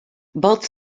both